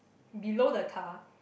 below the car